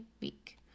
week